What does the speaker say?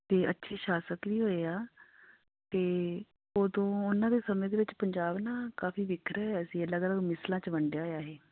ਅਤੇ ਅੱਛੇ ਸ਼ਾਸਕ ਵੀ ਹੋਏ ਆ ਅਤੇ ਉਦੋਂ ਉਹਨਾਂ ਦੇ ਸਮੇਂ ਦੇ ਵਿੱਚ ਪੰਜਾਬ ਨਾ ਕਾਫੀ ਬਿਖਰਿਆ ਹੋਇਆ ਸੀ ਅਲੱਗ ਅਲੱਗ ਮਿਸਲਾਂ 'ਚ ਵੰਡਿਆ ਹੋਇਆ ਸੀ